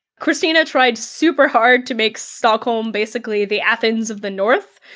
kristina tried super hard to make stockholm basically the athens of the north,